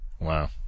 Wow